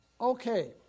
Okay